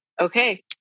okay